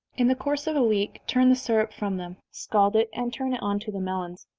in the course of a week turn the syrup from them, scald it, and turn it on to the melons.